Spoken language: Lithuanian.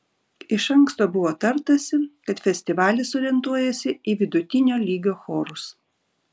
iš anksto buvo tartasi kad festivalis orientuojasi į vidutinio lygio chorus